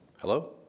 Hello